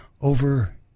Over